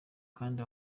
kandi